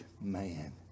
man